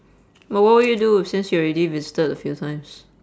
but what would you do since you've already visited a few times